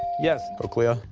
yes? cochlea.